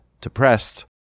depressed